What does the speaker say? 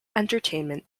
entertainment